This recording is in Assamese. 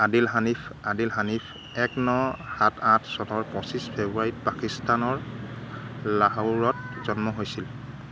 আদিল হানিফ আদিল হানিফ এক ন সাত আঠ চনৰ পঁচিছ ফেব্ৰুৱাৰীত পাকিস্তানৰ লাহোৰত জন্ম হৈছিল